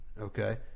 okay